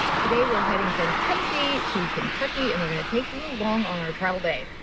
today, we're heading from tennessee to kentucky, and we're gonna take you along on our travel day.